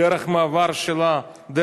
דרך המעבר שלה, נא לסיים.